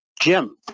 Jim